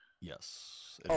Yes